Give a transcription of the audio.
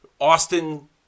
Austin